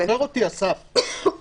תמיד יש דברים יותר טובים, שאפשר עוד.